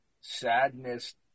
sadness